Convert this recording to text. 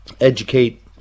educate